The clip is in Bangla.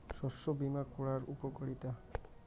শস্য বিমা করার উপকারীতা?